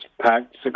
packed